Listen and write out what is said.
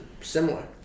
similar